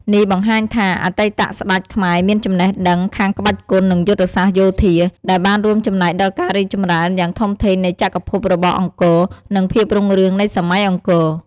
នេះបង្ហាញថាអតីតស្តេចខ្មែរមានចំណេះដឹងខាងក្បាច់គុន និងយុទ្ធសាស្ត្រយោធា ដែលបានរួមចំណែកដល់ការរីកចម្រើនយ៉ាងធំធេងនៃចក្រភពរបស់ព្រះអង្គ និងភាពរុងរឿងនៃសម័យអង្គរ។